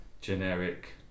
generic